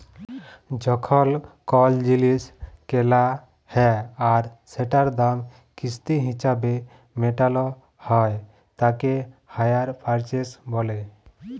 যখল কল জিলিস কেলা হ্যয় আর সেটার দাম কিস্তি হিছাবে মেটাল হ্য়য় তাকে হাইয়ার পারচেস ব্যলে